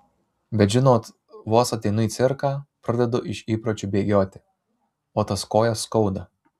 bet žinot vos ateinu į cirką pradedu iš įpročio bėgioti o tas kojas skauda